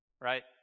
right